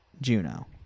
Juno